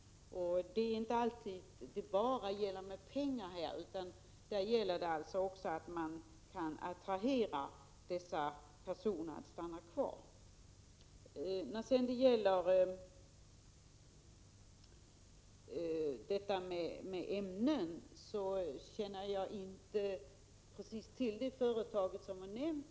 Det är inte alltid bara en fråga om pengar. Det gäller också att kunna intressera duktigt folk för att stanna kvar. I vad gäller förbjudna ämnen känner jag inte till just det företag som Viola Claesson nämnde.